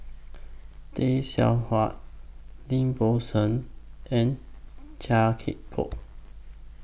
Tay Seow Huah Lim Bo Seng and Chia Thye Poh